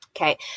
Okay